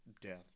death